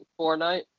Fortnite